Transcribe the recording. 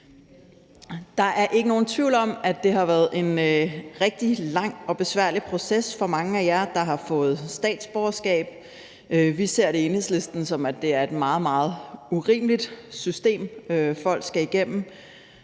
Der er ikke nogen tvivl om, at det har været en rigtig lang og besværlig proces for mange af jer, der har fået statsborgerskab. Vi ser det i Enhedslisten som et meget, meget urimeligt system, folk skal igennem,